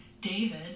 David